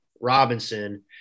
Robinson